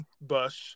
Bush